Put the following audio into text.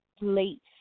late